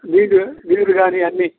నీరు నీరు కానీ అన్నీ